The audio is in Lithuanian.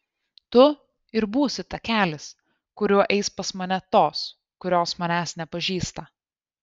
tu ir būsi takelis kuriuo eis pas mane tos kurios manęs nepažįsta